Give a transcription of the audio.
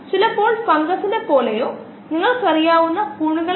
എന്നാൽ ഈ സംഖ്യ ഇപ്പോഴും ഒന്നായി പരിമിതപ്പെടുത്തിയിരിക്കുന്നു മാസ്സ് കൂടുന്നതിനനുസരിച്ച്